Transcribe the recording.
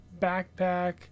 backpack